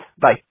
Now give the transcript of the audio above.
Bye